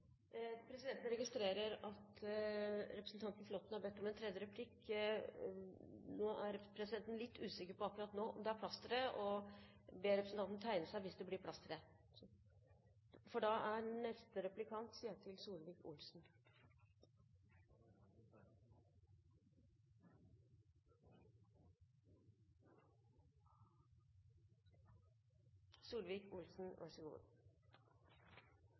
Presidenten registrerer at representanten Flåtten har bedt om en tredje replikk. Presidenten er akkurat nå litt usikker på om det er plass til det, og ber representanten tegne seg hvis det